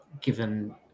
given